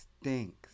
stinks